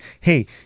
hey